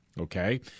Okay